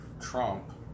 Trump